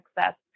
success